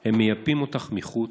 / הם מייפים אותך מחוץ,